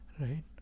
right